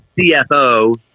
CFO